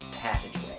passageway